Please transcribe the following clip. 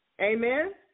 Amen